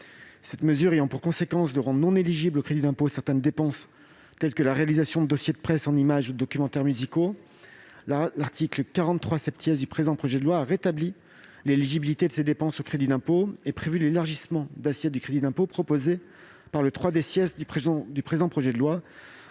Cette mesure ayant pour conséquence de rendre inéligibles au crédit d'impôt certaines dépenses telles que la réalisation de dossiers de presse en images ou celle de documentaires musicaux, l'article 43 du présent projet de loi a rétabli l'éligibilité de ces dépenses au crédit d'impôt et prévu l'élargissement de l'assiette du crédit d'impôt proposé à l'article 3 , qui n'a donc